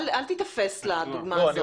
אני מבקשת ממך, אל תיתפס לדוגמה הזאת.